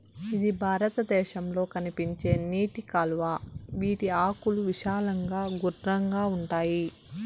ఇది భారతదేశంలో కనిపించే నీటి కలువ, వీటి ఆకులు విశాలంగా గుండ్రంగా ఉంటాయి